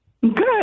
Good